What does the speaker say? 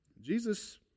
Jesus